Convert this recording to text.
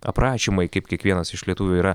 aprašymai kaip kiekvienas iš lietuvių yra